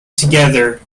together